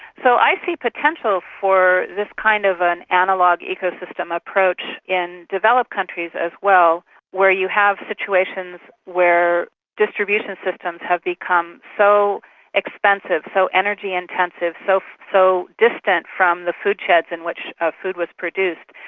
so i see potential for this kind of an analogue ecosystem approach in developed countries as well where you have situations where distribution systems have become so expensive, so energy intensive, but so distant from the food sheds in which food was produced.